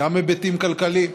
היבטים כלכליים.